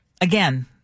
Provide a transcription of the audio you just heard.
again